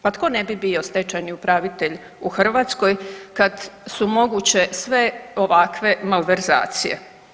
Pa tko ne bi bio stečajni upravitelj u Hrvatskoj kad su moguće sve ovakve malverzacije.